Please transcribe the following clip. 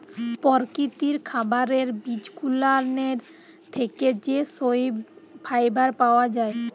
পরকিতির খাবারের বিজগুলানের থ্যাকে যা সহব ফাইবার পাওয়া জায়